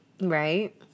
Right